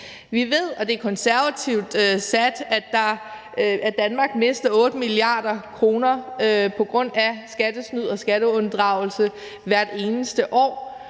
Vi ved – og det er konservativt sat – at Danmark mister 8 mia. kr. på grund af skattesnyd og skatteunddragelse hvert eneste år,